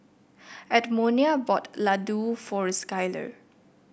Edmonia bought Ladoo for Skyler